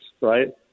right